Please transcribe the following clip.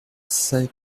celle